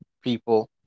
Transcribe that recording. people